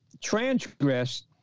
transgressed